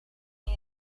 jej